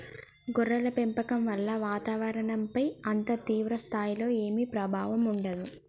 గొర్రెల పెంపకం వల్ల వాతావరణంపైన అంత తీవ్ర స్థాయిలో ఏమీ ప్రభావం ఉండదు